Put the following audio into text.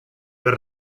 per